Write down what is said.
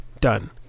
done